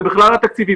ובכלל התקציבים.